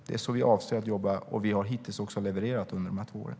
Det är så vi avser att jobba, och hittills under de här två åren har vi också levererat.